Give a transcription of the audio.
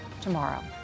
tomorrow